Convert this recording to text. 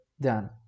done